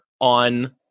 on